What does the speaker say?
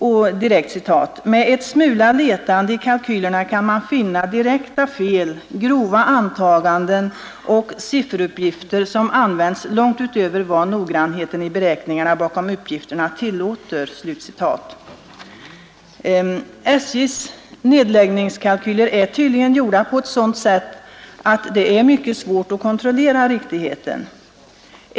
Han skriver i det sammanhanget följande: ”Med en smula letande i kalkylerna kan man finna direkta fel, grova antaganden och sifferuppgifter som används långt utöver vad noggrannheten i beräkningarna bakom uppgifterna tillåter.” SJ:s nedläggningskalkyler är tydligen gjorda på sådant sätt att det är mycket svårt att kontrollera riktigheten.